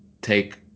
take